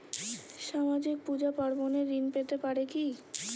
সামাজিক পূজা পার্বণে ঋণ পেতে পারে কি?